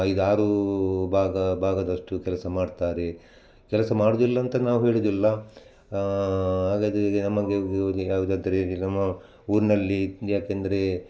ಐದು ಆರು ಭಾಗ ಭಾಗದಷ್ಟು ಕೆಲಸ ಮಾಡ್ತಾರೆ ಕೆಲಸ ಮಾಡುದಿಲ್ಲ ಅಂತ ನಾವು ಹೇಳುವುದಿಲ್ಲ ಹಾಗಾದ್ರೆ ಈಗ ಯಾವುದಾದರೂ ಇಲ್ಲಿ ನಮ್ಮ ಊರಿನಲ್ಲಿ ಏಕೆಂದ್ರೆ